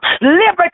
liberty